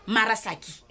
Marasaki